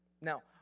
Now